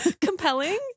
Compelling